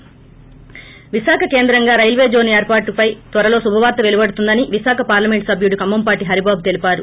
ి విశాఖ కేంద్రంగా railway zone ఏర్పాటుపై త్వరలో శుభవార్త వెలువడుతుందని విశాఖ పార్లమెంట్ సభ్యుడు కంభంపాటి హరిబాబు తెలిపారు